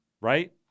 Right